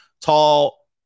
tall